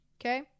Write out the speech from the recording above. Okay